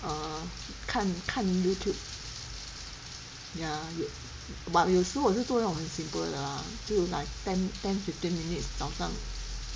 err 看看 Youtube ya but 有时候我是做那种很 simple 的 lah 只有 like ten fifteen minutes 早上